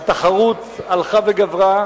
התחרות הלכה וגברה,